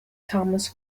thomas